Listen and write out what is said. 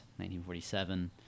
1947